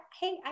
hey